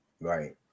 right